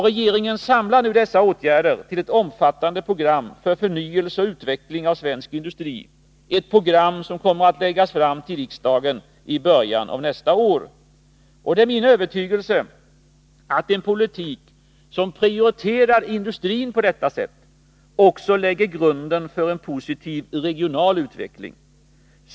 Regeringen samlar nu dessa åtgärder till ett omfattande program för förnyelse och utveckling av svensk industri, ett program som kommer att läggas fram för riksdagen i början av nästa år. Det är min övertygelse att en politik som prioriterar industrin på detta sätt också lägger grunden för en positiv regional utveckling.